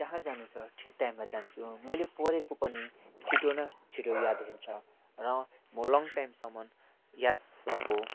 जहाँ जानु छ ठिक टाइममा जान्छु मैले पढेको पनि छिटो न छिटो याद हुन्छ र म लङ टाइमसम्म याद भएको